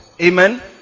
Amen